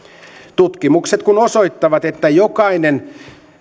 tutkimukset kun osoittavat että jokainen